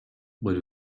but